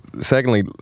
secondly